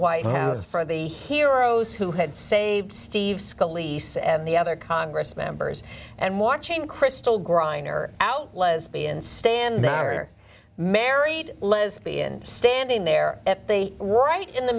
white house for the heroes who had saved steve's skull lease and the other congress members and watching crystal griner out lesbian stand matter married lesbian standing there at the right in the